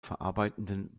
verarbeitenden